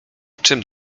czym